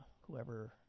whoever